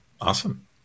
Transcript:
Awesome